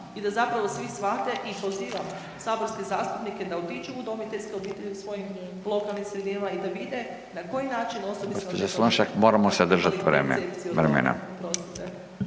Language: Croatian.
i da zapravo svi shvate i pozivam saborske zastupnike da otiđu u udomiteljske obitelji u svojim lokalnim sredinama i da vide na koji način osobe s invaliditetom .../Upadica: Gđo. Slonjšak, moramo se držati vremena./...